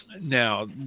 now